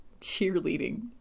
cheerleading